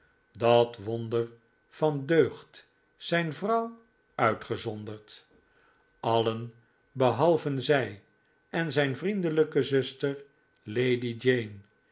dat wonder van deugd zijn vrouw uitgezonderd allen behalve zij en zijn vriendelijke zuster lady jane